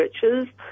churches